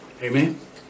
Amen